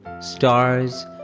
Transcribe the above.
stars